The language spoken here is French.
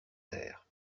terre